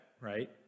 right